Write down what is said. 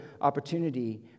opportunity